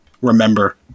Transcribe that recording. remember